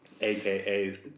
aka